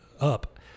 up